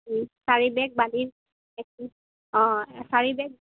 চাৰি বেগ বালি এক টিং অঁ চাৰি বেগ